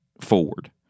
forward